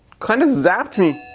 kind of zapped me!